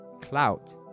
Clout